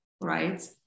right